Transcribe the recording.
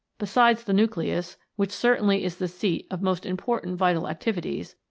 besides the nucleus, which certainly is the seat of most important vital activities,